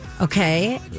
Okay